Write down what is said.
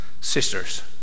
sisters